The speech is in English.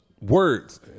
words